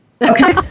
okay